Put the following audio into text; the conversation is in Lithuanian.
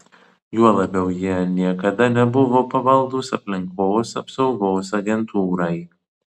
juo labiau jie niekada nebuvo pavaldūs aplinkos apsaugos agentūrai